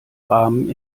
rahmen